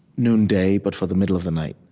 noonday but for the middle of the night.